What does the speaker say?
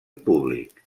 públic